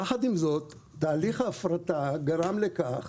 יחד עם זאת, תהליך ההפרטה גרם לכך